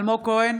אלמוג כהן,